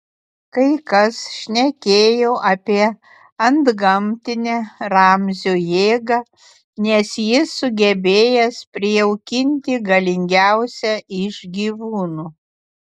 kai kas šnekėjo apie antgamtinę ramzio jėgą nes jis sugebėjęs prijaukinti galingiausią iš gyvūnų